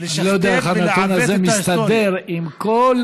אני לא יודע איך הנתון הזה מסתדר עם כל,